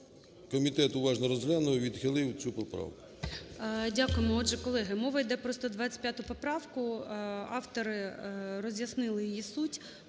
комітет уважно розглянув і відхилив цю поправку.